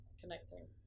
connecting